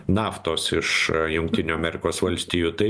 naftos iš jungtinių amerikos valstijų tai